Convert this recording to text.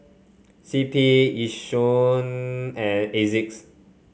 C P Yishion and Asics